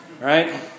Right